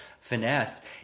finesse